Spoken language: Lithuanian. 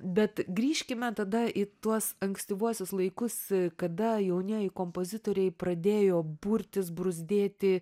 bet grįžkime tada į tuos ankstyvuosius laikus kada jaunieji kompozitoriai pradėjo burtis bruzdėti